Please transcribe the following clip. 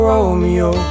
Romeo